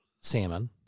salmon